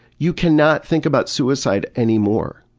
you cannot think about suicide anymore.